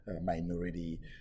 minority